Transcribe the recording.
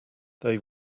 they